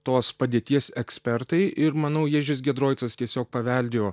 tos padėties ekspertai ir manau ježis giedroicas tiesiog paveldėjo